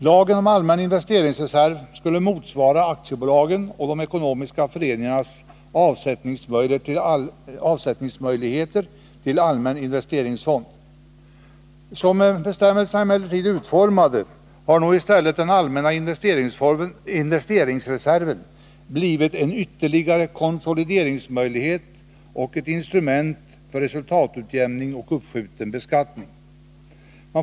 Lagen om allmän investeringsreserv skulle motsvara aktiebolagens och de ekonomiska föreningarnas möjligheter till avsättning till allmän investeringsfond. Som bestämmelserna är utformade har nog i stället den allmänna investeringsreserven blivit en ytterligare konsolideringsmöjlighet och ett instrument för resultatutjämning och uppskjuten beskattning.